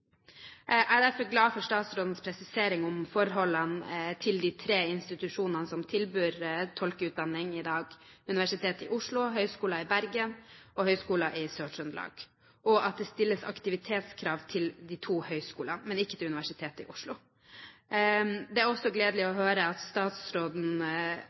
Jeg er derfor glad for statsrådens presisering rundt forholdene til de tre institusjonene som tilbyr tolkeutdanning i dag, Universitetet i Oslo, Høgskolen i Bergen og Høgskolen i Sør-Trøndelag, og at det stilles aktivitetskrav til de to høyskolene, men ikke til Universitetet i Oslo. Det er også gledelig å